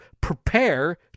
prepare